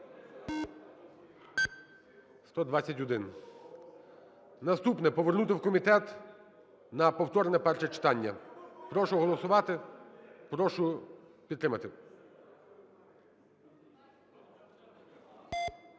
За-121 Наступне. Повернути в комітет на повторне перше читання. Прошу голосувати. Прошу підтримати.